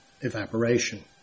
evaporation